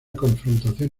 confrontación